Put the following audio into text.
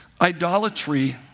idolatry